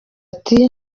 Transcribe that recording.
ati